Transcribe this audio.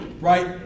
right